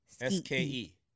S-K-E